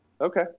Okay